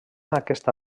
aquesta